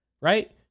right